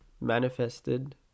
manifested